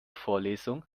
vorlesung